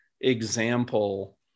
example